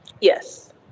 Yes